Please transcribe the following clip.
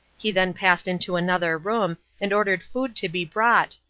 he then passed into another room and ordered food to be brought,